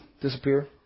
disappear